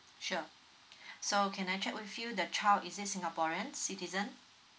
sure so can I check with you the child is it singaporean citizen